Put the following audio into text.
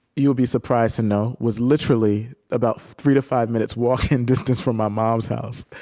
you'll be surprised to know, was literally about three to five minutes walking distance from my mom's house.